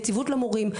יציבות למורים,